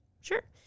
sure